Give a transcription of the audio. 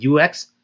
UX